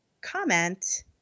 comment